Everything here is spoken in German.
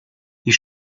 ich